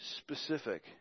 specific